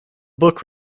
book